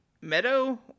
Meadow